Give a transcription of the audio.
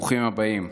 ברוכים הבאים.